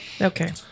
Okay